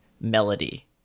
melody